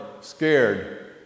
scared